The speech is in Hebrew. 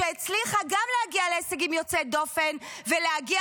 שגם הצליחה להגיע להישגים יוצאי דופן ולהגיע